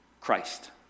Christ